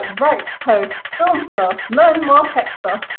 write posts, film stuff, learn more tech stuff,